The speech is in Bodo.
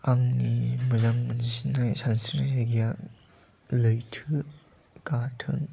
आंनि मोजां मोनसिननाय सानस्रिनाय जायगाया लैथो गाथोन